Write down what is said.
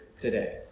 today